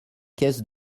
caisse